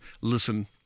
listen